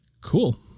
Cool